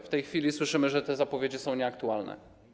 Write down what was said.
W tej chwili słyszymy, że te zapowiedzi są nieaktualne.